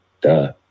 duh